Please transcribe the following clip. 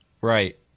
Right